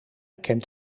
kent